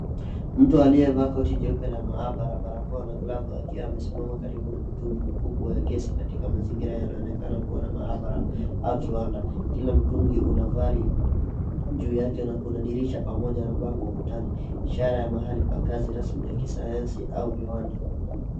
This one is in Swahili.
Mtu aliyevaa koti jeupe la maabara, barakoa na glavu akiwa amesimama karibu na mtungi mkubwa wa gesi katika mazingira yanayonekana kuwa na maabara au kiwanda. Kila mtungi una value juu yake na kuna dirisha pamoja na bango ukutani, ishara ya mahali pa kazi rasmi ya kisayansi au viwanda.